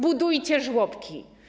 Budujcie żłobki.